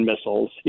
missiles